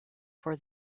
for